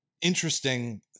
interesting